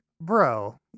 bro